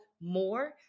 more